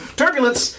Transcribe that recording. turbulence